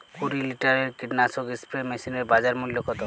কুরি লিটারের কীটনাশক স্প্রে মেশিনের বাজার মূল্য কতো?